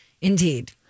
Indeed